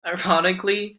ironically